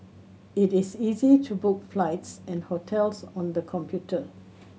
it is easy to book flights and hotels on the computer